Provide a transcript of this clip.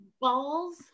balls